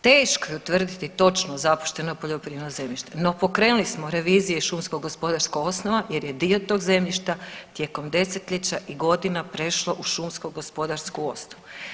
Teško je utvrditi točno zapušteno poljoprivredno zemljište no pokrenuli smo revizije iz šumsko-gospodarskih osnova jer je dio tog zemljišta tijekom desetljeća i godina prešlo u šumsko-gospodarsku osnovu.